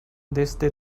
desde